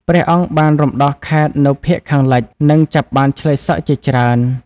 ព្រះអង្គបានរំដោះខេត្តនៅភាគខាងលិច និងចាប់បានឈ្លើយសឹកជាច្រើន។"